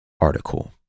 article